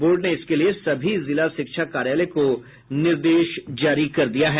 board ने इसके लिए सभी जिला शिक्षा कार्यालय को निर्देश जारी कर दिया है